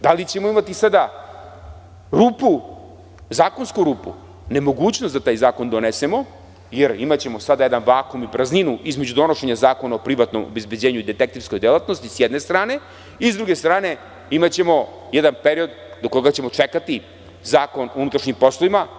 Da li ćemo imati sada zakonsku rupu, nemogućnost da taj zakon donesemo, jer imaćemo sada jedan vakum i prazninu između donošenja Zakona o privatnom obezbeđenju i detektivskoj delatnosti, s jedne strane, i s druge strane imaćemo jedan period do koga ćemo čekati Zakon o unutrašnjim poslovima.